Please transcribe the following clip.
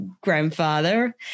grandfather